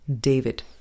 David